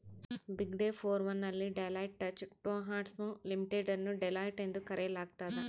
ಬಿಗ್ಡೆ four one ನಲ್ಲಿ Deloitte Touche Tohmatsu Limited ಅನ್ನು Deloitte ಎಂದು ಕರೆಯಲಾಗ್ತದ